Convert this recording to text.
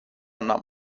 nahm